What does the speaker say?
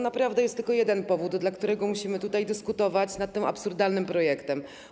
Naprawdę jest tylko jeden powód, dla którego musimy tutaj dyskutować nad tym absurdalnym projektem.